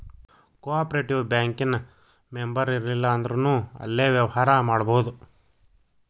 co operative bank ಇನ್ ಮೆಂಬರಿರ್ಲಿಲ್ಲಂದ್ರುನೂ ಅಲ್ಲೆ ವ್ಯವ್ಹಾರಾ ಮಾಡ್ಬೊದು